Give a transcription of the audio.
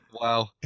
Wow